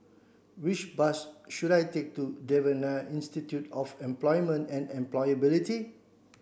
which bus should I take to Devan Nair Institute of Employment and Employability